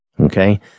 Okay